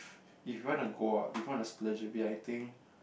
if you want to go out if you want to be splurge a bit I think